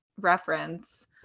reference